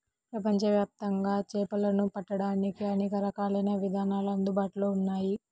ప్రపంచవ్యాప్తంగా చేపలను పట్టడానికి అనేక రకాలైన విధానాలు అందుబాటులో ఉన్నాయి